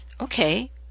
okay